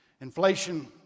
inflation